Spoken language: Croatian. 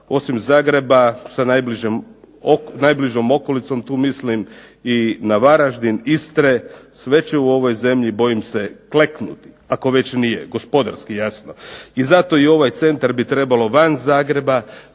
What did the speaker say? osim Zagreba sa najbližom okolicom tu mislim i na Varaždin, Istre sve će u ovoj zemlji bojim se kleknuti, ako već nije, gospodarski jasno. I zato i ovaj centar bi trebalo van Zagreba,